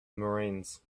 marines